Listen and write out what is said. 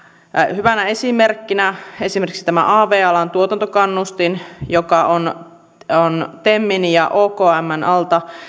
hyvänä esimerkkinä esimerkiksi tämä av alan tuotantokannustin joka on on temin ja okmn alta